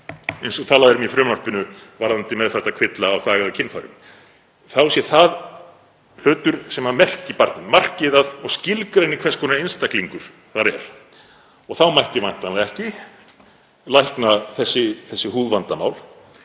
eins og talað er um í frumvarpinu varðandi meðfædda kvilla á þvag- eða kynfærum, þá sé það hlutur sem merki barnið, marki það og skilgreini hvers konar einstaklingur það er. Þá mætti væntanlega ekki lækna þessi húðvandamál